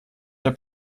der